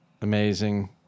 Amazing